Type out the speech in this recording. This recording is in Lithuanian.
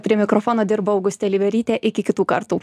prie mikrofono dirbo augustė liverytė iki kitų kartų